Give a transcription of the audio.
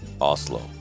Oslo